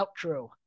outro